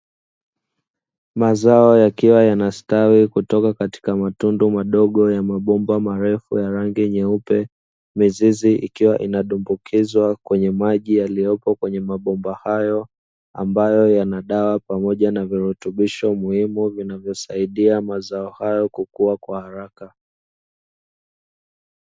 Mazao yakiwa yanastawi kutoka katika mambomba marefu yenye rangi nyeupe, mizizi ikia inadumbukiza kwenye maji yaliyopo kwenye mambomba hayo, ambayo yana dawa pamoja na viritubisho muhimu ambayo yanasaidia mazao hayo kukua kwa haraka.